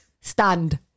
stand